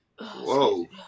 Whoa